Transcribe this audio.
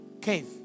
cave